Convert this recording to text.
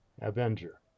avenger